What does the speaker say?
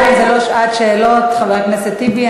זאת לא שעת שאלות, חבר הכנסת טיבי.